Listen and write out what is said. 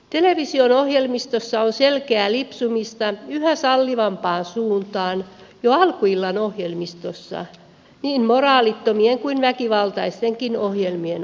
television ohjelmistossa on selkeää lipsumista yhä sallivampaan suuntaan jo alkuillan ohjelmistossa niin moraalittomien kuin väkivaltaistenkin ohjelmien osalta